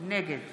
נגד